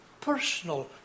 personal